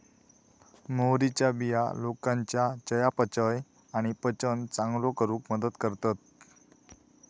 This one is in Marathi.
मोहरीच्या बिया लोकांच्या चयापचय आणि पचन चांगलो करूक मदत करतत